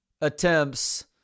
attempts